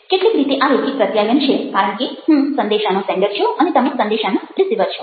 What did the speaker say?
કેટલીક રીતે આ રૈખિક પ્રત્યાયન છે કારણ કે હું સંદેશાનો સેન્ડર છું અને તમે સંદેશાના રિસીવર છો